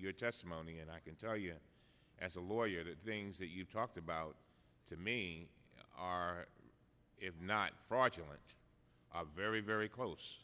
your testimony and i can tell you as a lawyer that things that you've talked about to me are it not fraudulent very very close